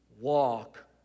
walk